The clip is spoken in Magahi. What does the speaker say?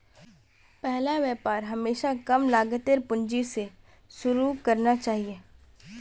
पहला व्यापार हमेशा कम लागतेर पूंजी स शुरू करना चाहिए